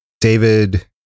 David